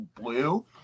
blue